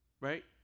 Right